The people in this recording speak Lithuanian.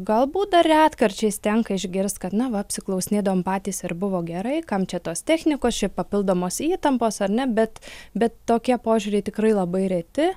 galbūt dar retkarčiais tenka išgirst kad na va apsiklausinėdavom patys ir buvo gerai kam čia tos technikos čia papildomos įtampos ar ne bet bet tokie požiūriai tikrai labai reti